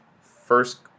first